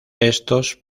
estos